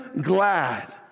glad